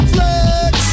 Flex